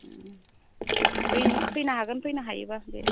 फै फैनो हागोन फैनो हायोबा दे